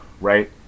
right